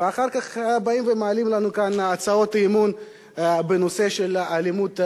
ואחר כך באים ומעלים לנו כאן הצעות אי-אמון בנושא של אלימות בחברה.